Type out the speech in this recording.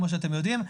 כמו שאתם יודעים.